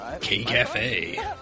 K-Cafe